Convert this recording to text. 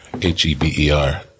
H-E-B-E-R